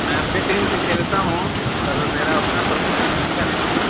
میں اپنی ٹیم سے کھیلتا ہوں پر میرا اپنا پرفارمنس اچھا نہیں ہے